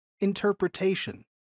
interpretation